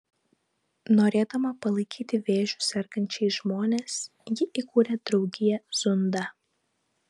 norėdama palaikyti vėžiu sergančiais žmones ji įkūrė draugiją zunda